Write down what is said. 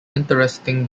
interesting